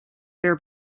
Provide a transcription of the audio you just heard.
their